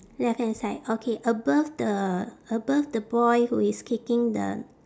left hand side okay above the above the boy who is kicking the